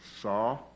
saw